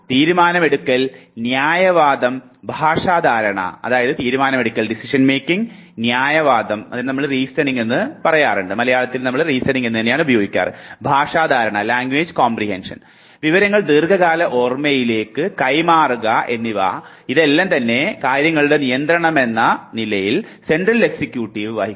തീരുമാനമെടുക്കൽ ന്യായവാദം ഭാഷ ധാരണ വിവരങ്ങൾ ദീർഘകാല ഓർമ്മയിലേക്ക് കൈമാറുക എന്നിവ കാര്യങ്ങളുടെ നിയന്ത്രണമെന്ന നിലയിൽ സെൻട്രൽ എക്സിക്യൂട്ടീവ് വഹിക്കുന്നു